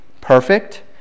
perfect